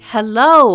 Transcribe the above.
Hello